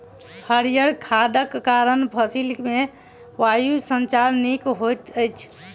हरीयर खादक कारण फसिल मे वायु संचार नीक होइत अछि